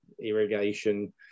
irrigation